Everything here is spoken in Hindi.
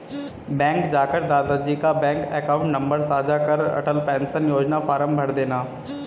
बैंक जाकर दादा जी का बैंक अकाउंट नंबर साझा कर अटल पेंशन योजना फॉर्म भरदेना